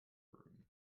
room